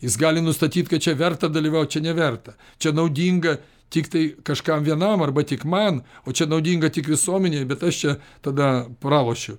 jis gali nustatyt kad čia verta dalyvaut čia neverta čia naudinga tiktai kažkam vienam arba tik man o čia naudinga tik visuomenei bet aš tada pralošiu